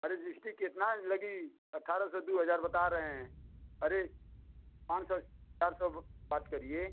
अरे कितना लगी अट्ठारह सौ दो हजार बता रहे हैं अरे पाँच सौ चार सौ बात करिए